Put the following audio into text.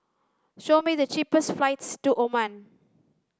show me the cheapest flights to Oman